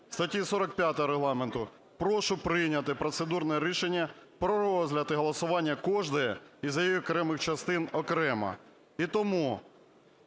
статті 45 Регламенту прошу прийняти процедурне рішення про розгляд і голосування кожної із її окремих частин окремо.